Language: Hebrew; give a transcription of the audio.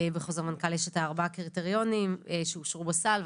בחוזר מנכ"ל יש את ארבעת הקריטריונים שאושרו בסל,